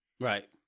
Right